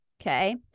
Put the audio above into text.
Okay